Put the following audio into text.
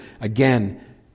again